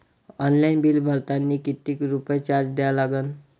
Online bill भरतानी कितीक रुपये चार्ज द्या लागन?